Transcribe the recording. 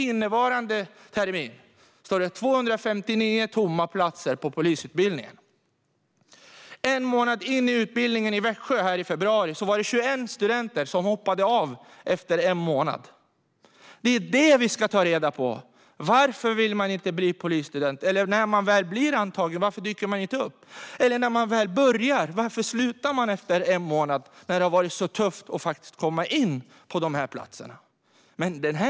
Innevarande termin står 259 platser tomma på polisutbildningen. En månad in i utbildningen i Växjö, i februari, hoppade 21 studenter av - efter en månad! Det är det vi ska ta reda på anledningen till. Varför vill man inte bli polisstudent? Och när man väl blir antagen - varför dyker man då inte upp? Eller när man väl börjar - varför slutar man då efter en månad när det har varit så tufft att komma in på platserna?